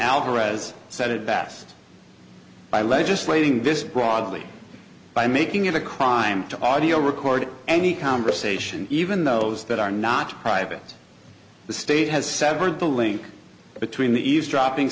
alvarez said it best by legislating this broadly by making it a crime to audio record any conversation even those that are not private the state has severed the link between the eavesdropping